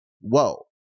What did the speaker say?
whoa